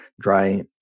dry